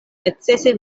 necese